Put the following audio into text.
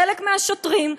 חלק מהשוטרים,